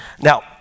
Now